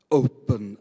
open